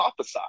hypothesize